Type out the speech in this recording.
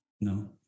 no